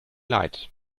leid